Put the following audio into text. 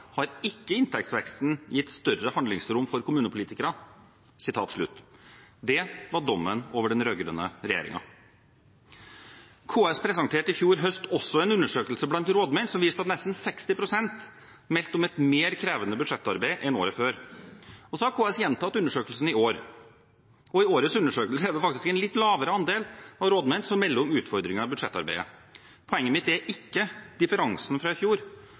har ikke inntektsveksten gitt større handlingsrom for kommunepolitikerne.» Det var dommen over den rød-grønne regjeringen. KS presenterte i fjor høst også en undersøkelse blant rådmenn som viste at nesten 60 pst. meldte om et mer krevende budsjettarbeid enn året før. KS har gjentatt undersøkelsen i år. I årets undersøkelse er det faktisk en litt lavere andel av rådmennene som melder om utfordringer i budsjettarbeidet. Poenget mitt er ikke differansen fra i fjor,